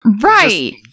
Right